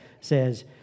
says